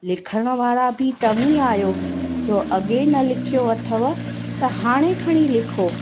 लिखण वारा बि तव्हीं आहियो जो अॻे न लिखियो अथव त हाणे खणी लिखो